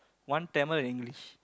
one Tamil English